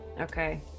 Okay